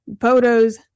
photos